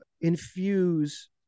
infuse